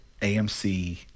AMC